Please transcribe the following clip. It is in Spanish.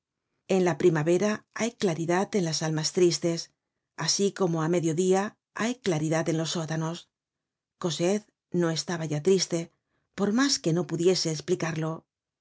en la primavera hay claridad en las almas tristes asi como á mediodía hay claridad en los sótanos cosette no estaba ya triste por mas que no pudiese esplicarlo